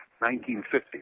1950